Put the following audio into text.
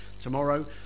tomorrow